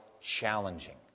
challenging